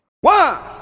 One